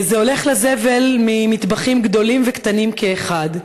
זה הולך לזבל ממטבחים גדולים וקטנים כאחד.